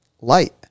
light